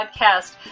podcast